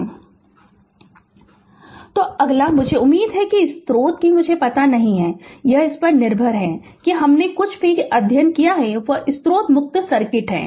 Refer Slide Time 2407 तो अगला मुझे उम्मीद है कि स्रोत कि मुझे पता है कि यह इस पर निर्भर है कि हमने जो कुछ भी अध्ययन किया है वह स्रोत मुक्त सर्किट है